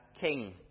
king